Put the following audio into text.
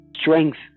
strength